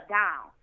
down